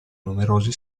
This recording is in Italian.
numerosi